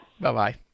Bye-bye